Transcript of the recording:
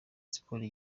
sports